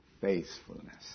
faithfulness